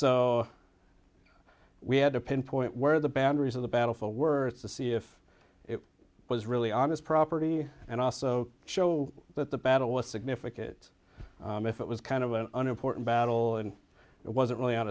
so we had to pinpoint where the boundaries of the battle for words to see if it was really on this property and also show that the battle was significant that if it was kind of an unimportant battle and it wasn't really on